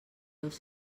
dos